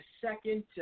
second